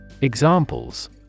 Examples